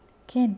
can